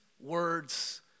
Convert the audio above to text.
words